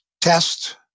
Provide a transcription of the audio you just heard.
test